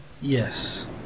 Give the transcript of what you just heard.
Yes